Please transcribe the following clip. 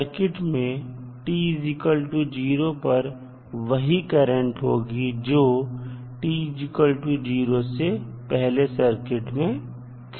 circuit में t0 पर वही करंट होगी जो t0 से पहले सर्किट में थी